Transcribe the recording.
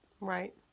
Right